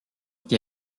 qui